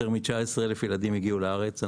יותר מ-19,000 ילדים הגיעו לארץ.